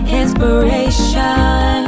inspiration